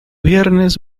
viernes